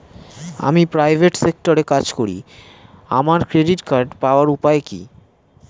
আমি প্রাইভেট সেক্টরে কাজ করি আমার ক্রেডিট কার্ড পাওয়ার উপায় কি?